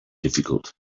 difficult